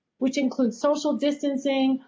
which include social distancing,